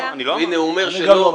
לא, אני לא אמרתי.